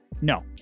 No